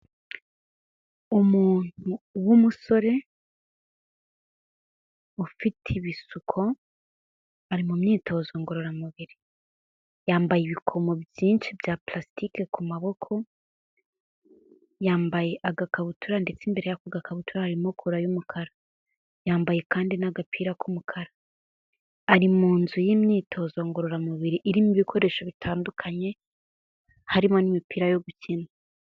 Umuntu w'umusore ufite ibisuko ari mu myitozo ngororamubiri, yambaye ibikomo byinshi bya plastic ku maboko, yambaye agakabutura ndetse imbere yako gakabutura arimo kora y'umukara. Yambaye kandi n'agapira k'umukara ari mu nzu y'imyitozo ngororamubiri irimo ibikoresho bitandukanye harimo n'imipira yo gukina.